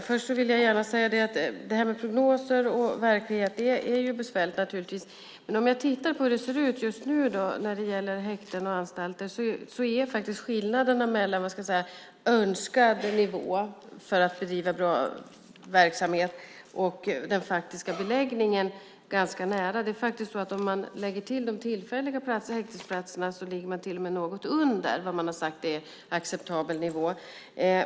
Fru talman! Det här med prognoser och verklighet är naturligtvis besvärligt. Men om jag tittar på hur det ser ut just nu med häkten och anstalter är skillnaderna mellan önskad nivå för att bedriva bra verksamhet och den faktiska beläggningen ganska små. Om man lägger till de tillfälliga häktesplatserna ligger man till och med något under det man har sagt är acceptabel nivå.